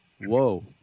whoa